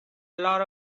lot